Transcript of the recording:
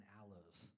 aloes